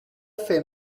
fait